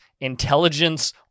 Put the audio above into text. intelligence